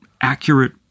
accurate